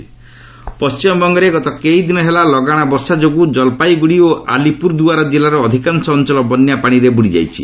W B rain ପଶ୍ଚିମବଙ୍ଗରେ ଗତ କେଇଦିନ ହେଲା ଲଗାଣ ବର୍ଷା ଯୋଗୁଁ ଜଳପାଇଗୁଡ଼ି ଓ ଆଲିପୁରଦୁଆର ଜିଲ୍ଲାର ଅଧିକାଂଶ ଅଞ୍ଚଳ ବନ୍ୟାପାଣିରେ ବୃଡିଯାଇଛି